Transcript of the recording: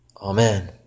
amen